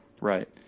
Right